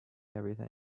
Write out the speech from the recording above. everything